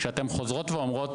כשאתן חוזרות ואומרות